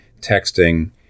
texting